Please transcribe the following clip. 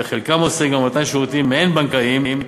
וחלקם עוסק במתן שירותים מעין בנקאיים,